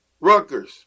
Rutgers